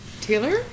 Taylor